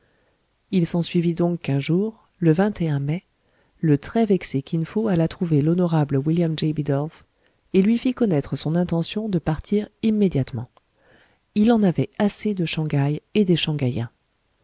il s'ensuivit donc qu'un jour le mai le très vexé kin fo alla trouver l'honorable william j bidulph et lui fit connaître son intention de partir immédiatement il en avait assez de shang haï et